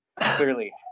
clearly